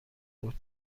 بود